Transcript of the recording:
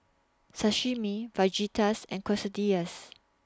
Sashimi Fajitas and Quesadillas